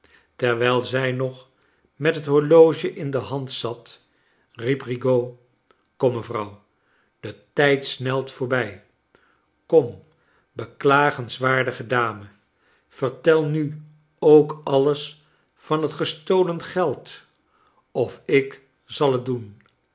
terwijl zij nog met het horloge in de hand zat riep rigaud kom mevrouw de tijd snelt voorbij kom beklagenswaardige dame vertel nu ook alles van het gestolen geld of ik zal het doen